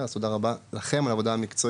אז תודה רבה לכם על העבודה המקצועית.